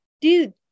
dude